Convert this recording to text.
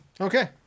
okay